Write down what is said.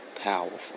powerful